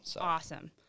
Awesome